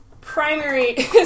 primary